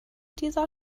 dieser